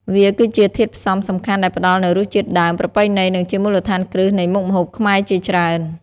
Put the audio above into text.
វាគឺជាធាតុផ្សំសំខាន់ដែលផ្តល់នូវរសជាតិដើម ប្រពៃណី និងជាមូលដ្ឋានគ្រឹះនៃមុខម្ហូបខ្មែរជាច្រើន។